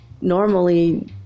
normally